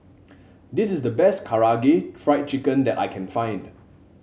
this is the best Karaage Fried Chicken that I can find